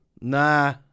Nah